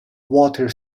water